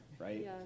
right